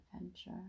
Adventure